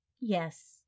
Yes